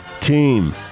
team